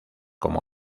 como